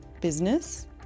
business